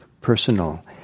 personal